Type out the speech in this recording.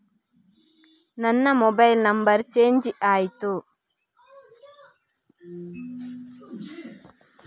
ನನ್ನ mobile number change ಆಯ್ತಾ?